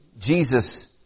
Jesus